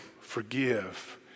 forgive